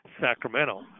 Sacramento